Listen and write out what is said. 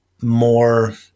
more